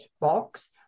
box